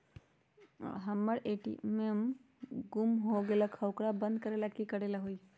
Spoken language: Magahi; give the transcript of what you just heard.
हमर ए.टी.एम गुम हो गेलक ह ओकरा बंद करेला कि कि करेला होई है?